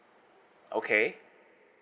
okay